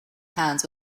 hands